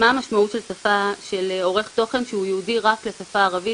מה המשמעות של עורך תוכן שהוא ייעודי רק לשפה הערבית,